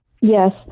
Yes